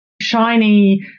shiny